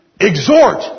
Exhort